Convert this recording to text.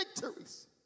victories